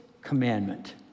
commandment